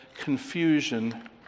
confusion